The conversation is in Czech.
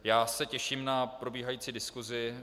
Já se těším na probíhající diskusi.